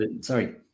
sorry